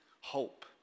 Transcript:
Hope